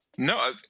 No